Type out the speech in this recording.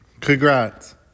Congrats